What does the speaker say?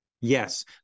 Yes